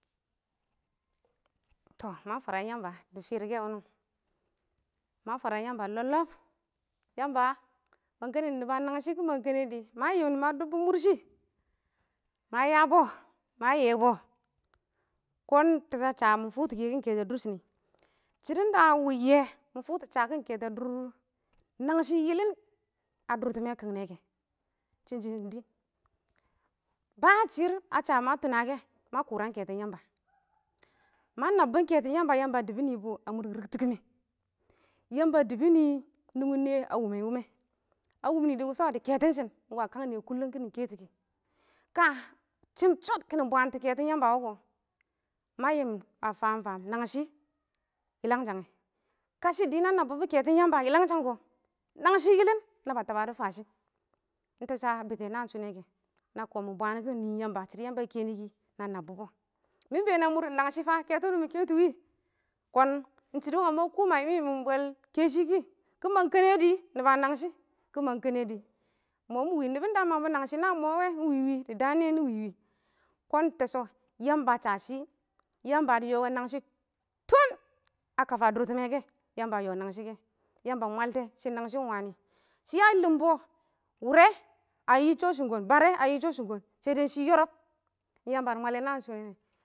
tɔ ma fwaram yamba dɪ fɪrkɛ wʊnɪ wɔ, ma fwaram yamba lob-lɔb, yamba mang kɛnɛdɪ nɪba nangshɪ. Kɪ mang kɛnɛdɛ ma yɪmɪn ma dʊbbɔ mʊrshi, ma yabɔ, ma yɛbɔ, kɔn ɪng tɛshɔ a sha mi fʊktɔ kɛkɪn kɛtɔ a dʊrshɪnɪ, shɪdɔ da a wʊb yɛ mɪ fʊktɔ shakɪn kɛtɔ a dʊr nangshɪ yɪlɪn a dʊrtɪmɛ kɪngnɛ kɛ shɪshɪn dɪ, ba shɪrr a sha ma ma kʊra kɛton yamba ma nabbʊn kɛtɔn yamba, yamba a dɪbɪ nɪbʊ a mʊr rɪktɪkɪmɪ, yamba a dɪbɪ nɪ nunghin nɪyɛ a wumɛ wumɛ, a wʊmɛ dɪ wʊshɔ, dɪ kɛtɪn shɪn, ɪng wa kang nɪyɛ kullum kɪ nɪ kɛtʊ kɪ, ka shɪ ɪng chod kɪ nɪ bwaantɔ kɛtɔn yamba wʊ kɔ, ma yɪmɪn ma famfam nangshɪ yɪlangshang, kashɪ dɪ na nabbʊ bɔ keton yamba yɪlangshang kɔ, nangshɪ yɪlɪn naba fashɪ. ɪng tɛshɔ bɪtɛ naan shʊ kɛ, na kɔmɪn bwaan kɪn nɪɪn yamba, shɪdɔ yamba a kɛnɪ kɪ na nabʊ bɔ, mɪ been a mʊrɪn nangshɪ fa kɛtɔ wʊnɪ mɪ kɛtʊ wɪ, kɔn shɪdɔ wangɪn ma kɔ ma yɪmɪn yɪmɪn bwɛl kɛshɪ kɪ. nɪba nangshɪ kɪ mang kɛnɛdɪ ɪng mɔ mɪ wɪ, nɪbʊnda a mangbɔ nangshɪ wɛ ɪng wɪ wɪ dɪ daan nɪyɛ nɪ wɪwɪ, kɔn tɛshɔ yamba a sha shɪ yamba dɪ yɔ wɛ nangshɪ tʊn a tun a kafa durtɪmɛ kɛ a yɔ nang shɪ kɛ. yamba mwaltɛ shɪ nangshɪ ɪng wanɪ. Shɪ a lɪmbɔ wʊrɛ a yɪ shɔ shɪn kɔn. Bare yɪ shɔ shɪn kɔn saidai shɪ yɔrɔb ɪng yamba dɪ mwale naan shɔ wɔ.